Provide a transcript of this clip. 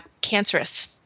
cancerous